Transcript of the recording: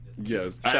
yes